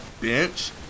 bench